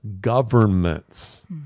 governments